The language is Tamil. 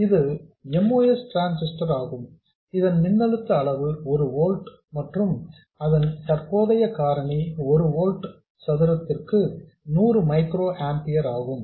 இது MOS டிரான்ஸிஸ்டர் ஆகும் இதன் மின்னழுத்த அளவு 1 ஓல்ட் மற்றும் அதன் தற்போதைய காரணி 1 ஓல்ட் சதுரத்திற்கு 100 மைக்ரோ ஆம்பியர் ஆகும்